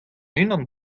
unan